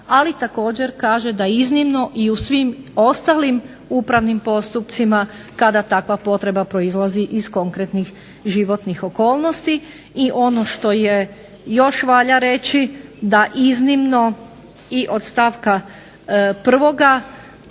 ali također kaže da iznimno i u svim ostalim upravnim postupcima kada takva potreba proizlazi iz konkretnih životnih okolnosti. I ono što je još valja reći da iznimno i od stavka 1.